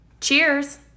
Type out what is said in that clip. Cheers